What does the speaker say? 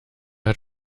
hat